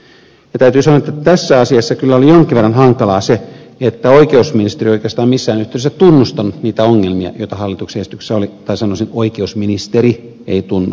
täytyy sanoa että tässä asiassa kyllä oli jonkin verran hankalaa se että oikeusministeriö ei oikeastaan missään yhteydessä tunnustanut niitä ongelmia joita hallituksen esityksessä oli tai sanoisin että oikeusministeri ei tunnustanut